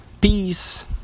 Peace